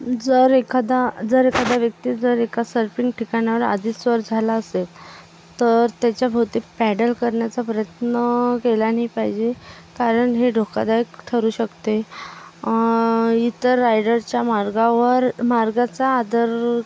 जर एखादा जर एखादा व्यक्ती जर एका सर्फिंग ठिकाणावर आधीच स्वार झाला असेल तर त्याच्याभोवती पॅडल करण्याचा प्रयत्न केल्या नाही पाहिजे कारण हे धोकादायक ठरू शकते इतर रायडरच्या मार्गावर मार्गाचा आदर